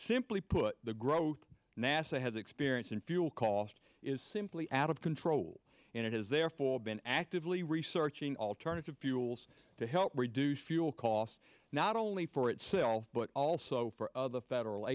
simply put the growth nasa has experience in fuel cost is simply out of control and it has therefore been actively researching alternative fuels to help reduce fuel costs not only for itself but also for other federal